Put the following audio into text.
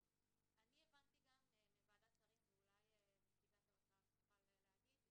אני הבנתי גם מוועדת השרים ואולי נציגת האוצר תוכל להגיד,